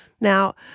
Now